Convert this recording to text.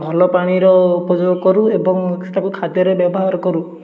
ଭଲ ପାଣିର ଉପଯୋଗ କରୁ ଏବଂ ତାକୁ ଖାଦ୍ୟରେ ବ୍ୟବହାର କରୁ